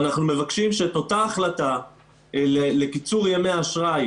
ואנחנו מבקשים שאותה החלטה לקיצור ימי האשראי